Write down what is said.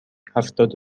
هفتاد